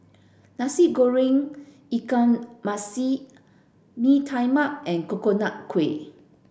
Nasi Goreng Ikan Masin Bee Tai Mak and Coconut Kuih